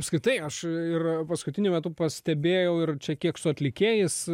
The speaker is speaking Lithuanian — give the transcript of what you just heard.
apskritai aš ir paskutiniu metu pastebėjau ir čia kiek su atlikėjais